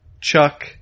Chuck